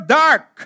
dark